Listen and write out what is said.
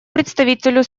представителю